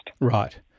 Right